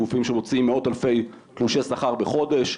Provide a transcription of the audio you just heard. גופים שמוציאים מאות אלפי תלושי שכר בחודש,